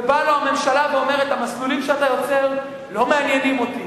ובאה הממשלה ואומרת: המסלולים שאתה יוצר לא מעניינים אותי,